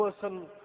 person